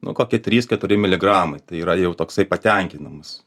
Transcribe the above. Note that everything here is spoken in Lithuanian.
nu kokie trys keturi miligramai tai yra jau toksai patenkinamas